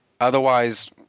Otherwise